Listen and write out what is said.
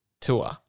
tour